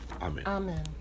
Amen